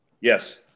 Yes